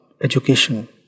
education